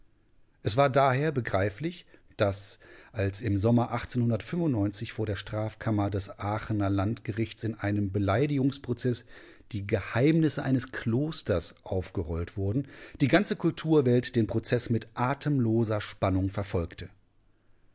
es war daher begreiflich daß als im sommer vor der strafkammer des aachener landgerichts in einem beleidigungsprozeß die geheimnisse eines klosters aufgerollt wurden die ganze kulturwelt den prozeß mit atemloser spannung verfolgte